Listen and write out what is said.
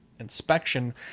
inspection